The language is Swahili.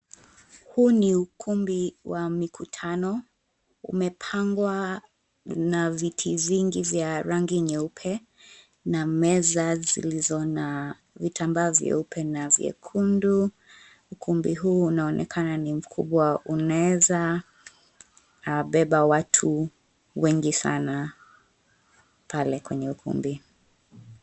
Huu ni ukumbi wa mikutano, umepangwa na viti zingi zya rangi nyeupe na meza vilizo na vitambaa vyeupe na vyekundu. Ukumbi huu unaonekana ni mkubwa unaeza beba watu wengi sana pale kwenye ukumbi.